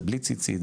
זה בלי ציצית,